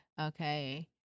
okay